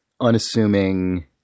unassuming